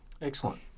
Excellent